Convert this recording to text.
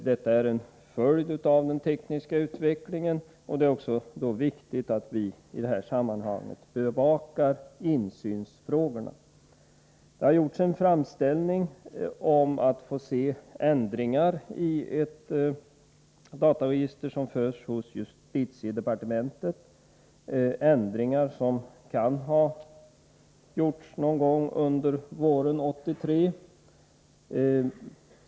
Detta är en följd av den tekniska utvecklingen, och det är då också viktigt att vi i detta sammanhang bevakar insynsfrågorna. Det har gjorts en framställning om att få se ändringar i ett dataregister som förs hos justitiedepartementet, ändringar som kan ha gjorts någon gång under våren 1983.